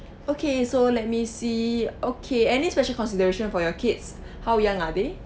okay so let me see okay any special consideration for your kids how young are they